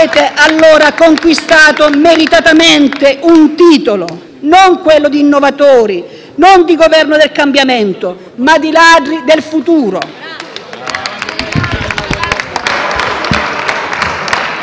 Avete allora conquistato meritatamente un titolo: non quello di innovatori, non di Governo del cambiamento, ma di ladri del futuro.